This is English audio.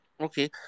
Okay